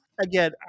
Again